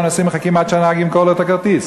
כל הנוסעים מחכים עד שהנהג ימכור לנוסע את הכרטיס.